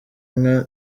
inka